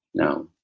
no.